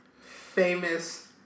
famous